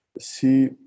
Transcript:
see